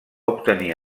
obtenir